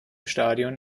stadion